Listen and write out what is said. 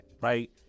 right